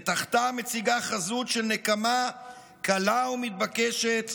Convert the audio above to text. ותחתם מציגה חזות של נקמה קלה ומתבקשת,